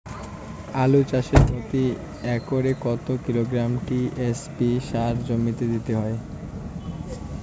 আলু চাষে প্রতি একরে কত কিলোগ্রাম টি.এস.পি সার জমিতে দিতে হয়?